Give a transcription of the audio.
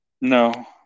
No